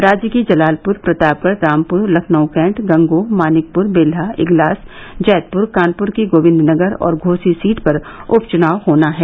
राज्य की जलालपुर प्रतापगढ़ रामपुर लखनऊ कैंट गंगोह मानिकपुर बेल्हा इगलास जैदपुर कानपुर की गोविन्दनगर और घोसी सीट पर उपचुनाव होना है